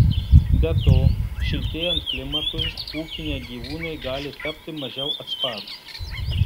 be to šiltėjant klimatui ūkiniai gyvūnai gali tapti mažiau atsparūs